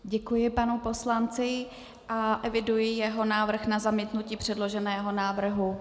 Děkuji panu poslanci a eviduji jeho návrh na zamítnutí předloženého návrhu.